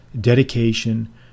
dedication